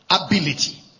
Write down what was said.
ability